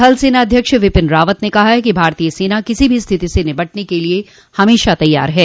थल सेना अध्यक्ष विपिन रावत ने कहा है कि भारतीय सेना किसी भी स्थिति से निपटने के लिए हमेशा तैयार है